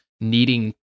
needing